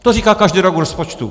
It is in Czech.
To říká každý rok k rozpočtu.